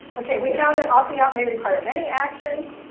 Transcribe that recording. ok. we found that opting out may require many actions.